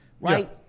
Right